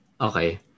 okay